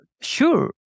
Sure